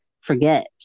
forget